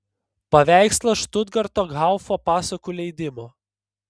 paveikslas štutgarto haufo pasakų leidimo